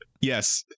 Yes